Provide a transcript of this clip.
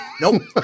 Nope